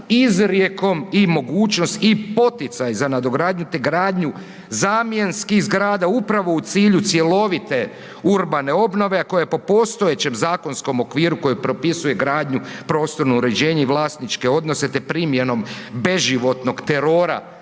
izrijekom i mogućnost i poticaj za nadogradnju te gradnju zamjenskih zgrada upravo u cilju cjelovite urbane obnove, a koja po postojećem zakonskom okviru koji propisuje gradnju, prostorno uređenje i vlasničke te primjenom beživotnog terora